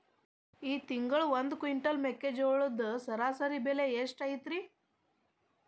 ಈ ತಿಂಗಳ ಒಂದು ಕ್ವಿಂಟಾಲ್ ಮೆಕ್ಕೆಜೋಳದ ಸರಾಸರಿ ಬೆಲೆ ಎಷ್ಟು ಐತರೇ?